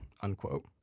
unquote